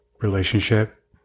relationship